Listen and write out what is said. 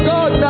God